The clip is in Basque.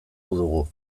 dugu